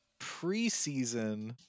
preseason